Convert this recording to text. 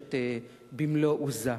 נמשכת במלוא עוזה.